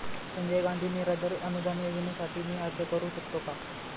संजय गांधी निराधार अनुदान योजनेसाठी मी अर्ज करू शकतो का?